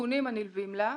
הסיכונים הנלווים לה,